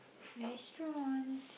restaurant